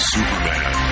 Superman